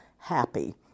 happy